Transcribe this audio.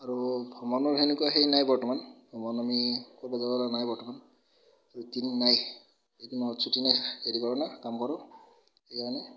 আৰু ভ্ৰমণৰ সেনেকুৱা সেই নাই বৰ্তমান ভ্ৰমণ আমি কৰিব যাব লগা নাই বৰ্তমান ৰুটিন নাই এইটো মাহত ছুটি নাই সেইটো কাৰণে কাম কৰোঁ সেইকাৰণে